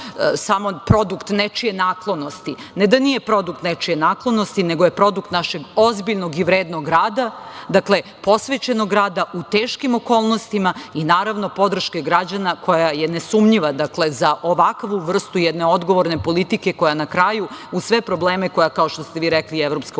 samo produkt nečije naklonosti. Ne da nije produkt nečije naklonosti, nego je produkt našeg ozbiljnog i vrednog rada. Dakle, posvećenog rada u teškim okolnostima i naravno podrške građana koja je nesumnjiva za ovakvu vrstu jedne odgovorne politike koja na kraju, uz sve probleme koje, kao što ste vi rekli, EU ima